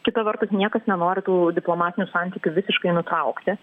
kita vertus niekas nenori tų diplomatinių santykių visiškai nutraukti